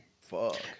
fuck